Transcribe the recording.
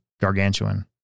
gargantuan